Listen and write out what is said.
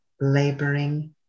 laboring